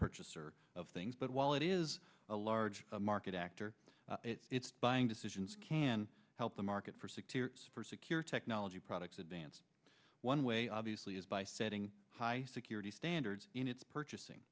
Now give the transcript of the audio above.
purchaser of things but while it is a large market actor it's buying decisions can help the market for secure for secure technology products advanced one way obviously is by setting high security standards in its purchasing